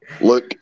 Look